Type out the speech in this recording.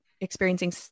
experiencing